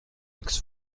eggs